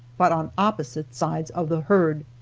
but on opposite sides of the herd.